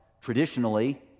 traditionally